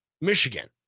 Michigan